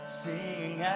sing